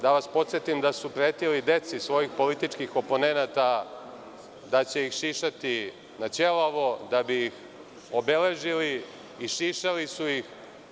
Da vas podsetim da su pretili deci svojih političkih oponenata da će ih šišati na ćelavo da bi ih obeležili i šišali su ih.